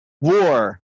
war